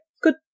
Good